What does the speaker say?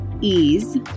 ease